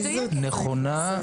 נכונה.